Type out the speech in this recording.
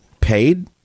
Paid